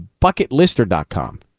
bucketlister.com